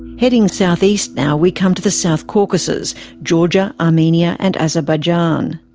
heading south-east now, we come to the south caucuses georgia, armenia and azerbaijan.